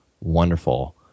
wonderful